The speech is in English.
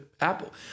Apple